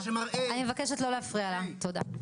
זה לא נכון.